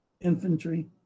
Infantry